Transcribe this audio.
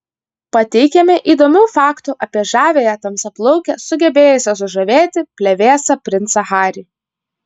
pateikiame įdomių faktų apie žaviąją tamsiaplaukę sugebėjusią sužavėti plevėsą princą harry